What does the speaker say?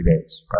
days